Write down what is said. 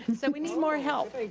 and so we need more help.